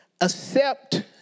accept